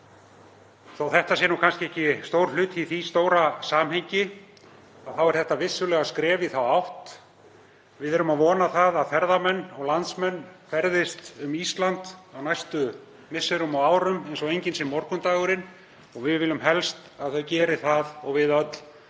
að þetta sé kannski ekki stór hluti í því stóra samhengi er þetta vissulega skref í þá átt. Við verðum að vona það að ferðamenn og landsmenn ferðist um Ísland á næstu misserum og árum eins og enginn sé morgundagurinn og við viljum helst að þau geri það og við öll